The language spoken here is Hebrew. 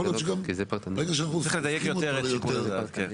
יכול להיות שגם --- צריך לדייק יותר את שיקול הדעת.